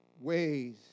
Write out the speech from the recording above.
Ways